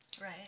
Right